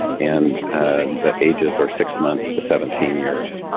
and the ages are six months to seventeen years.